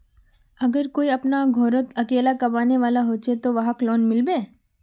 अगर कोई अपना घोरोत अकेला कमाने वाला होचे ते वहाक लोन मिलबे?